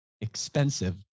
expensive